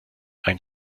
ein